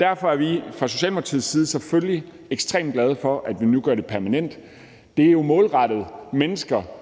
Derfor er vi fra Socialdemokratiets side selvfølgelig ekstremt glade for, at vi nu gør det permanent. Det er jo målrettet mennesker,